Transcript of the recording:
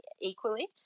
equally